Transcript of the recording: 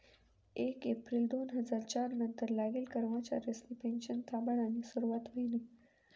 येक येप्रिल दोन हजार च्यार नंतर लागेल कर्मचारिसनी पेनशन थांबाडानी सुरुवात व्हयनी